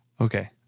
Okay